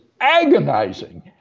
agonizing